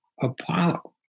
Apollo